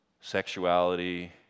sexuality